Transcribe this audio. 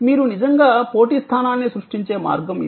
మీరు నిజంగా పోటీ స్థానాన్ని సృష్టించే మార్గం ఇది